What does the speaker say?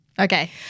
Okay